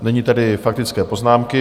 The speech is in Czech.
Nyní tedy faktické poznámky.